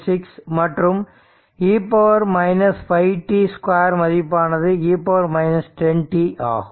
56 மற்றும் e 5t square மதிப்பானது e 10 t ஆகும்